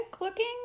looking